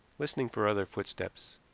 listening for other footsteps.